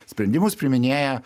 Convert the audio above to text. sprendimus priiminėja